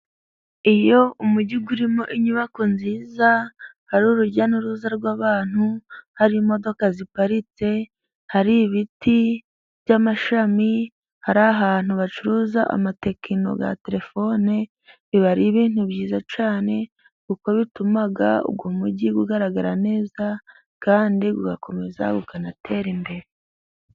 Iyo umugi urimo inyubako nziza, hari urujya n'uruza rw'abantu harimo imodoka ziparitse hari ibiti by'amashami, hari ahantu bacuruza amatekino ya telefone, biba ari ibintu byiza cyane kuko bituma uwo mugi ugaragara neza, kandi ugakomeza ukanatera imbere.